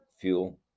fuel